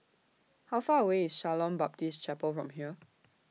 How Far away IS Shalom Baptist Chapel from here